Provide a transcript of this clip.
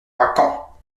caen